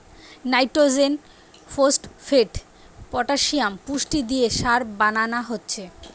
nitrogen, phosphate, potassium পুষ্টি দিয়ে সার বানানা হচ্ছে